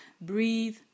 breathe